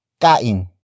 Kain